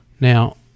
Now